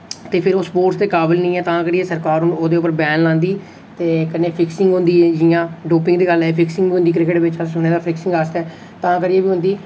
ते फिर ओ स्पोर्ट्स दे काबिल नेईं ऐ तां करियै सरकार हून ओह्दे उप्पर बैन लांदी ते कन्नै फिक्सिंग होंदी जि'यां डोपिंग दी गल्ल आई फिक्सिंग होंदी क्रिकेट बिच अस सुने दा फिक्सिंग आस्तै तां करियै बी उं'दी